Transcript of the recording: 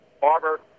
Barber